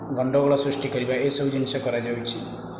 ଗଣ୍ଡଗୋଳ ସୃଷ୍ଟି କରିବା ଏସବୁ ଜିନିଷ କରାଯାଉଛି